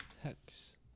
hex